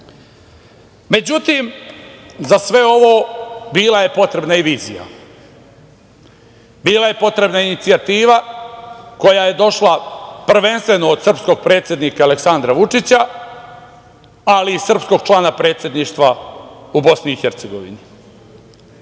za sve ovo bila je potrebna i vizija, bila je potrebna inicijativa koja je došla prvenstveno od srpskog predsednika Aleksandra Vučića, ali i sprskog člana Predsedništva u Bosni